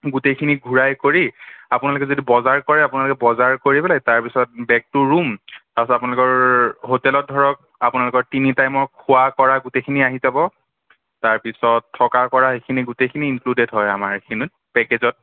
গোটেইখিনি ঘূৰাই কৰি আপোনালোকে যদি বজাৰ কৰে আপোনালোকে বজাৰ কৰি পেলাই তাৰপাছত বেক টু ৰুম তাৰপাছত আপোনালোকৰ হোটেলত ধৰক আপোনালোকৰ তিনি টাইমৰ খোৱা কৰা গোটেইখিনি আহি যাব তাৰপিছত থকা কৰা সেইখিনি গোটেইখিনি ইনক্লুডেদ হয় আমাৰ এইখিনি পেকেজত